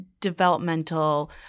developmental